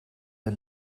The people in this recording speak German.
der